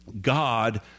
God